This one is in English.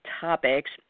topics